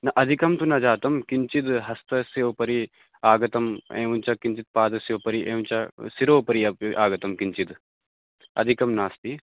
न अधिकं तु न जातं किञ्चिद् हस्तस्य उपरि आगतम् एवं च किञ्चित् पादस्य उपरि एवं च शिरः उपरि अपि आगतं किञ्चिद् अधिकं नास्ति